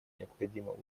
необходимо